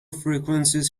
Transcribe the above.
frequencies